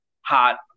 hot